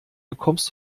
bekommst